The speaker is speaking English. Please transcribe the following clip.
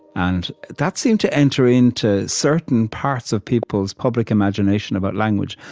and that seemed to enter into certain parts of people's public imagination about language.